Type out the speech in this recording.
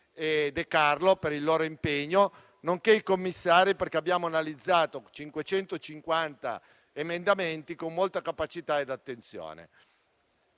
De Carlo, per il loro impegno nonché i commissari per aver analizzato 550 emendamenti con molta capacità ed attenzione.